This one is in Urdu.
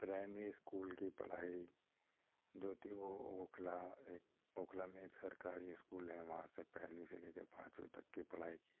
پرائمری اسکول کی پڑھائی جو تھی وہ اوکھلا ایک اوکھلا میں ایک سرکاری اسکول ہے وہاں سے پہلی سے لے کے پانچویں تک کی پڑھائی کی